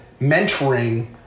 mentoring